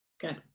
Good